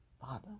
Father